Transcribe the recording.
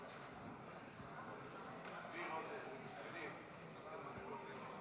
אם כן, להלן התוצאות: